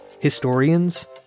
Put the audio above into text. historians